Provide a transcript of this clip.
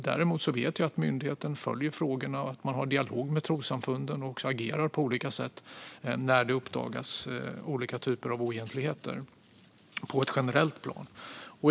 Dock vet jag att myndigheten följer frågan och att man har dialog med trossamfunden och agerar på olika sätt när det uppdagas olika typer av oegentligheter på ett generellt plan.